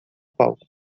palco